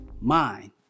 mind